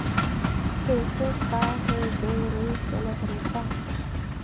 कइसे का होए गये रहिस तोला संगता